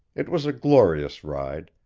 it was a glorious ride,